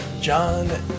John